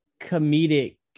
comedic